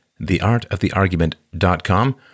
theartoftheargument.com